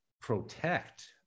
protect